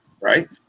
right